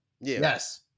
Yes